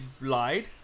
lied